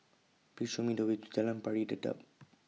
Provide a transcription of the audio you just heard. Please Show Me The Way to Jalan Pari Dedap